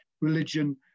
religion